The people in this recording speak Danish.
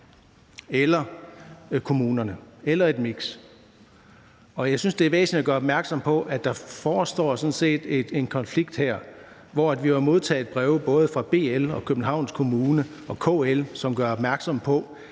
kommunerne eller et miks. Jeg synes, det er væsentligt at gøre opmærksom på, at der sådan set forestår en konflikt her, hvor vi har modtaget breve fra både BL, Københavns Kommune og KL, som gør opmærksom på,